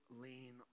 lean